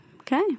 okay